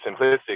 simplistic